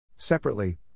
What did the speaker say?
Separately